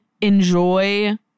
enjoy